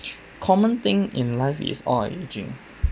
common thing in life is all are ageing